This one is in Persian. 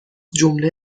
جمله